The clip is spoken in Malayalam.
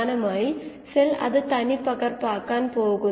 X0 മുതൽ xm വരെ പോകുന്ന ഒരു ബാച്ചിന്റെ ഉൽപാദനക്ഷമത സമവാക്യമാണിത്